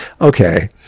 okay